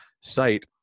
site